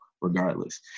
regardless